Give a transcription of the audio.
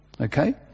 Okay